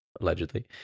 Allegedly